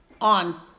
on